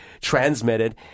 transmitted